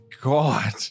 God